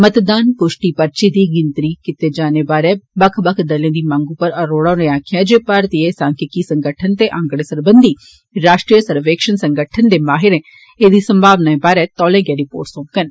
मतदान पुश्टि पर्ची दी गिनतरी कीते जाने बारै बक्ख बक्ख दलें दे मंग उप्पर अरोड़ा होरे आक्खेआ जे भारतीय संख्यिकी संगठन ते आंकडे सरबंधी राश्ट्रीय सर्वेक्षण संगठन दे माहिर ऐदी संभावनाएं बारै तौलें गै रिपोर्ट सौंपगन